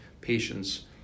patients